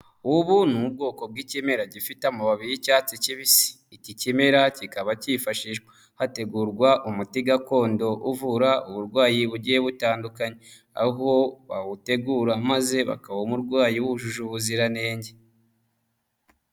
Ubu ni ubwoko bw'ikimera gifite amababi y'icyatsi kibisi, iki kimera kikaba cyifashishwa hategurwa umuti gakondo uvura uburwayi bugiye butandukanye, aho bawutegura maze bakawuha umurwayi wujuje ubuzirantenge.